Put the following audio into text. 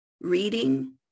reading